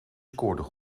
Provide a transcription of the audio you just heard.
scoorden